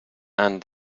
and